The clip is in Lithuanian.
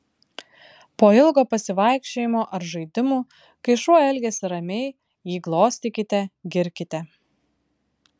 po ilgo pasivaikščiojimo ar žaidimų kai šuo elgiasi ramiai jį glostykite girkite